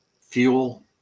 fuel